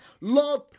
Lord